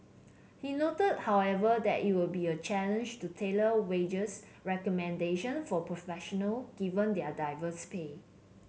he noted however that it would be a challenge to tailor wages recommendation for professional given their diverse pay